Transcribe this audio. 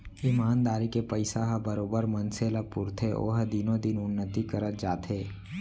ईमानदारी के पइसा ह बरोबर मनसे ल पुरथे ओहा दिनो दिन उन्नति करत जाथे